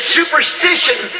superstition